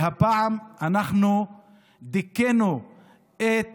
שהפעם אנחנו דיכאנו את